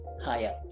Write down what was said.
higher